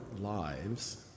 lives